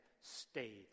stayed